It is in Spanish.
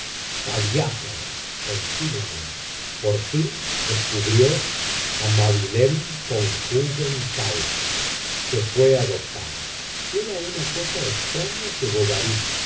ator continuamente por fin descubrió amabilem conjugen calcas que fué adoptada era una cosa extraña que bovary